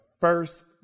first